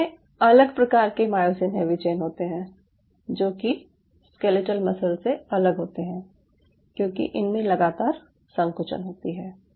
हृदय में अलग प्रकार के मायोसिन हैवी चेन होते हैं जो कि स्केलेटल मसल से अलग होते हैं क्यूंकि इनमें लगातार संकुचन होती है